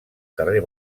carrer